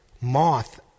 moth